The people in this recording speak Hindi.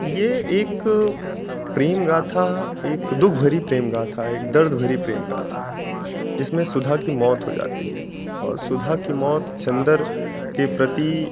ये एक प्रेम गाथा एक दुःख भरी प्रेम गाथा है एक दर्द भरी प्रेम गाथा है जिसमें सुधा की मौत हो जाती है और सुधा की मौत चंदर के प्रति